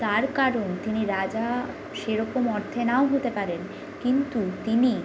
তার কারণ তিনি রাজা সেরকম অর্থে নাও হতে পারেন কিন্তু তিনি